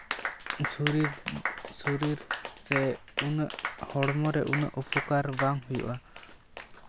ᱥᱚᱨᱤᱨ ᱥᱚᱨᱤᱨ ᱨᱮ ᱩᱱᱟᱹᱜ ᱦᱚᱲᱢᱚ ᱨᱮ ᱩᱱᱟᱹᱜ ᱯᱨᱚᱠᱟᱨ ᱵᱟᱝ ᱦᱩᱭᱩᱜᱼᱟ